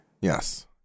Yes